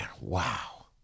wow